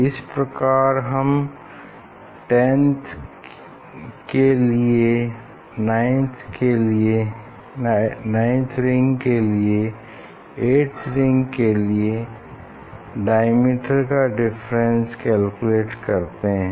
इस प्रकार हम 10 th के लिए 9th रिंग के लिए 8th रिंग के लिए डायमीटर का डिफरेंस कैलकुलेट करते हैं